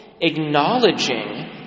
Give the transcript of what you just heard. acknowledging